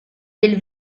del